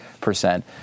percent